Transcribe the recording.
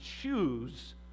choose